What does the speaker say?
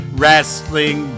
wrestling